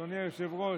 אדוני היושב-ראש,